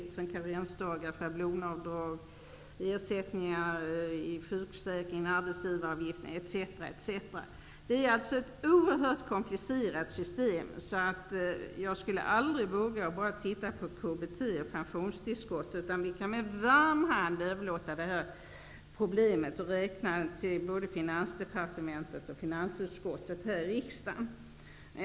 Det gäller karensdagar, schablonavdrag, ersättningar i sjukförsäkringen, arbetsgivaravgifterna etc. Det är alltså ett oerhört komplicerat system. Jag skulle aldrig våga titta enbart på KBT och pensionstillskottet. Vi kan med varm hand överlåta räkneproblemet till både Finansdepartementet och finansutskottet här i riksdagen.